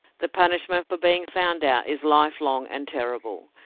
the punishment for being found out is life-long and terrible.